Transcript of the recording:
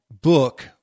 book